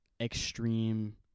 extreme